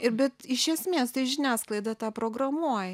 ir bet iš esmės tai žiniasklaida tą programuoja